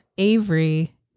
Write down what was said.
Avery